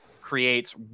creates